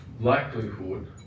likelihood